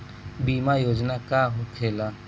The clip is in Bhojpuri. बीमा योजना का होखे ला?